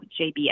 JBS